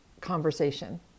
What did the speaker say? conversation